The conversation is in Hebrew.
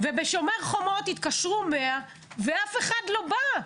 ובשומר חומות התקשרו 100 ואף אחד לא בא,